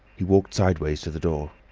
he walked sideways to the door.